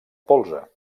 polze